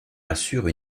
assure